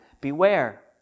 Beware